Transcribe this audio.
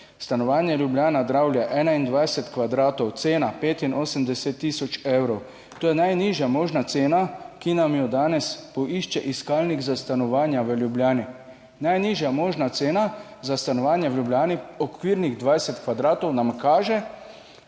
stanovanje Ljubljana Dravlje, 21 kvadratov, cena 85 tisoč evrov. To je najnižja možna cena, ki nam jo danes poišče iskalnik za stanovanja v Ljubljani. Najnižja možna cena za stanovanja v Ljubljani, okvirnih 20 kvadratov nam kaže